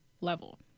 level